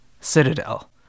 citadel